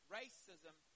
racism